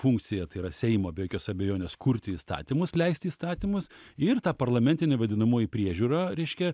funkcija tai yra seimo be jokios abejonės kurti įstatymus leisti įstatymus ir ta parlamentinė vadinamoji priežiūra reiškia